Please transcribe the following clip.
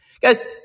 Guys